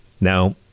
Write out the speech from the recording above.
Now